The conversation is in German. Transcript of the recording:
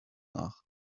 nach